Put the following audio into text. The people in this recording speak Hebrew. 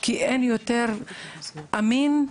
כי אין קול אמין יותר